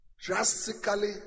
drastically